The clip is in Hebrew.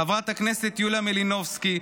חברת הכנסת יוליה מלינובסקי,